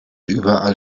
überall